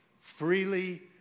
Freely